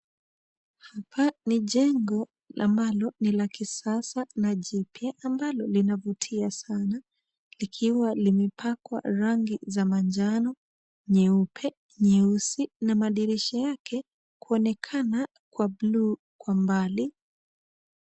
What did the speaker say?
Hapa ni jengo ambalo ni la kisasa na jipya ambalo linavutia sana likiwa limepakwa rangi za manjano, nyeupe, nyeusi na madirisha yake kuonekana kuwa bluu kwa mbali.